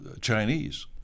Chinese—